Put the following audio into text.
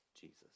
Jesus